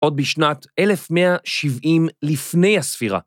עוד בשנת 1170 לפני הספירה.